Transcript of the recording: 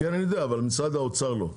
כן, אני יודע, אבל משרד האוצר לא.